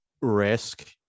risk